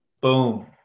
boom